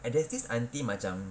and there's this aunty macam